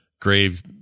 grave